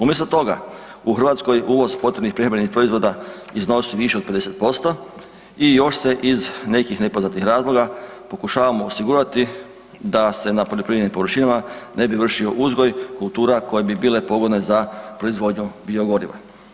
Umjesto toga, u Hrvatskoj uvoz potrebnih prehrambenih proizvoda iznosi više od 50% i još se iz nekih nepoznatih razloga pokušavamo osigurati da se na poljoprivrednim površinama ne bi vršio uzgoj kultura koje bi bile pogodne za proizvodnju biogoriva.